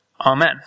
Amen